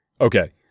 Okay